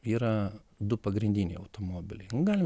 yra du pagrindiniai automobiliai galima